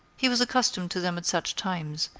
he was accustomed to them at such times,